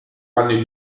anni